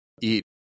eat